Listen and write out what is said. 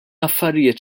affarijiet